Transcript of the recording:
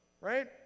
right